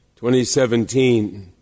2017